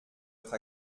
être